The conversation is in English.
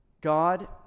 God